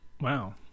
wow